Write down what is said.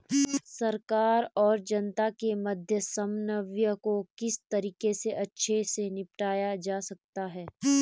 सरकार और जनता के मध्य समन्वय को किस तरीके से अच्छे से निपटाया जा सकता है?